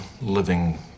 living